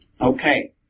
Okay